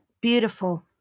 Beautiful